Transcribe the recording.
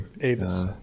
Avis